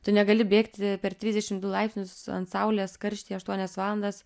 tu negali bėgti per trisdešim du laipsnius ant saulės karštyje aštuonias valandas